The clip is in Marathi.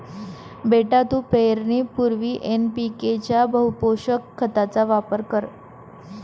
बेटा तू पेरणीपूर्वी एन.पी.के च्या बहुपोषक खताचा वापर कर